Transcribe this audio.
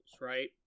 right